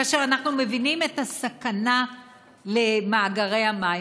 כאשר אנחנו מבינים את הסכנה למאגרי המים,